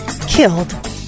killed